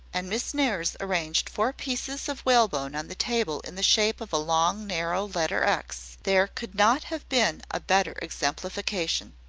and miss nares arranged four pieces of whalebone on the table in the shape of a long, narrow letter x there could not have been a better exemplification.